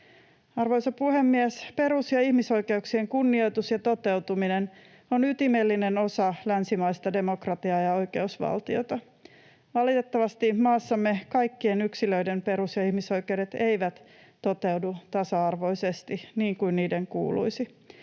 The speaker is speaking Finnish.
Arvoisa puhemies! Perus- ja ihmisoikeuksien kunnioitus ja toteutuminen on ytimellinen osa länsimaista demokratiaa ja oikeusvaltiota. Valitettavasti maassamme kaikkien yksilöiden perus- ja ihmisoikeudet eivät toteudu tasa-arvoisesti, niin kuin niiden kuuluisi.